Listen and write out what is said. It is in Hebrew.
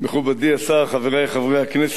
תודה לחבר הכנסת אורי מקלב.